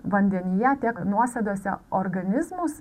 vandenyje tiek nuosėdose organizmus